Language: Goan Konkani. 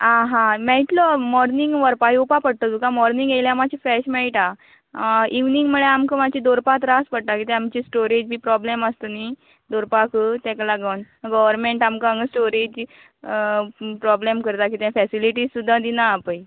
आं हां मेळटलो मोर्निंग व्हरपाक येवपाक पडटलें तुका मोर्निंग आयल्यार मातशें फ्रेश मेळटा इवनिंग म्हणल्यार आमकां मातशें दवरपाक त्रास पडटा कित्याक आमचें स्टोरेज बी प्रोबल्म आसता न्हय दवरपाक ताका लागून गर्वमेंट आमकां हांगा स्टोरेज प्रोबल्म करता कित्याक फेसिलीटिज सुद्दां दिना हे पळय